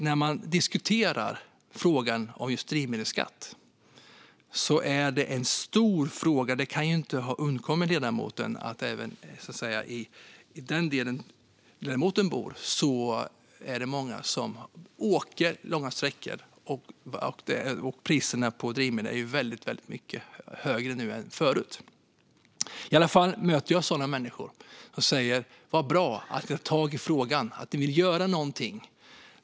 När man diskuterar är just frågan om drivmedelsskatt en stor fråga. Det kan inte ha undgått ledamoten att även i den delen där ledamoten bor är det många som åker långa sträckor, och priserna på drivmedel är nu väldigt mycket högre än förut. I varje fall möter jag sådana människor som säger: Vad bra att ni tar tag i frågan och vill göra någonting.